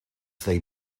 they